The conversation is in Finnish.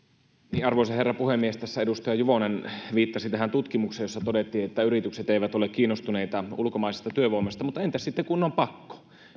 koulutukseen arvoisa herra puhemies tässä edustaja juvonen viittasi tähän tutkimukseen jossa todettiin että yritykset eivät ole kiinnostuneita ulkomaisesta työvoimasta mutta entäs sitten kun on pakko